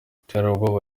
iterabwoba